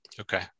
Okay